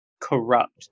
corrupt